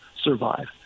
survive